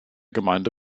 gemeinde